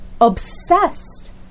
obsessed